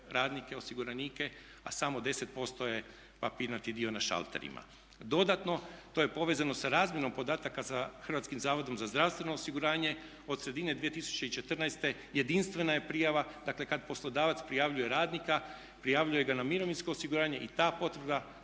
radnike, osiguranike a samo 10% je papirnati dio na šalterima. Dodatno to je povezano sa razmjenom podataka sa Hrvatskim zavodom za zdravstveno osiguranje. Od sredine 2014. jedinstvena je prijava, dakle kad poslodavac prijavljuje radnika prijavljuje ga na mirovinsko osiguranje i ta potvrda,